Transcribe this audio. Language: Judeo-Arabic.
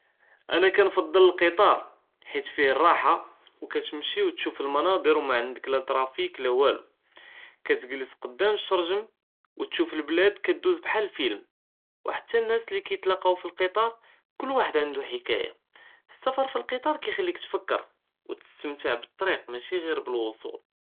אנה כנפדל לקטאר חִית פִיהָא לרָאחָה ו כִּתמשִי ו תְשוּף למנָאצֶר ו מַעַנְדָכּ לא טראפִיק לאואלו, כִּתגְלֶס קדָאם שָׁארְגֶ׳ם ו תְשוּף לְבְּלאד כִּתגוּז בהאל לפִילְם, ו hatta לנאס לי כִּיתְלָאקָאו פִלְקטאר כֻּל ואחד ענדו לחכָּאיָאת, לסְּפָר פִלְקטאר כִּיכְּלִיכּ תְפכְּר ו תְסְתָמְתַע בִּטרִיק מאשי עְ׳יר בְּלוּצוּל.